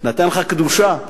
נתן לך קדושה.